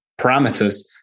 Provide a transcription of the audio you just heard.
parameters